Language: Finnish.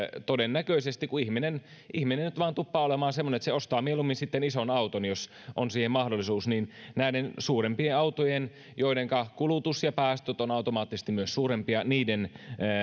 todennäköisesti kun ihminen ihminen nyt vain tuppaa olemaan semmoinen että se ostaa mieluummin sitten ison auton jos on siihen mahdollisuus näiden suurempien autojen joidenka kulutus ja päästöt ovat automaattisesti myös suurempia niiden